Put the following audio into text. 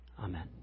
Amen